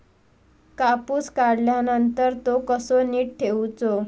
कापूस काढल्यानंतर तो कसो नीट ठेवूचो?